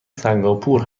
سنگاپور